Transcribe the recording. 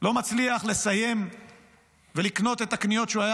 לא מצליח לסיים ולקנות את הקניות שהוא היה